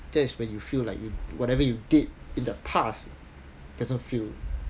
that's when you feel like you whatever you did in the past doesn't feel